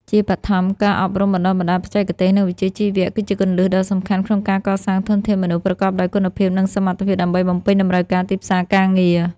ជាបឋម ការអប់រំបណ្តុះបណ្តាលបច្ចេកទេស និងវិជ្ជាជីវៈ គឺជាគន្លឹះដ៏សំខាន់ក្នុងការកសាងធនធានមនុស្សប្រកបដោយគុណភាព និងសមត្ថភាពដើម្បីបំពេញតម្រូវការទីផ្សារការងារ។